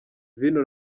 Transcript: vino